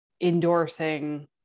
endorsing